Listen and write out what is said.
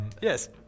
yes